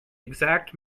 exact